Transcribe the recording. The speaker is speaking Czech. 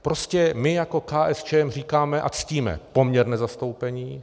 Prostě my jako KSČM říkáme a ctíme poměrné zastoupení.